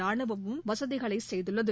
ரானுவமும் வசதிகளை செய்துள்ளது